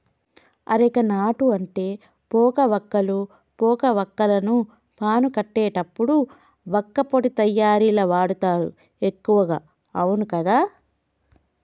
areca nut అంటే పోక వక్కలు, పోక వాక్కులను పాను కట్టేటప్పుడు వక్కపొడి తయారీల వాడుతారు ఎక్కువగా అవును కదా